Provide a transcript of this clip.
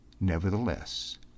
nevertheless